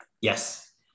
Yes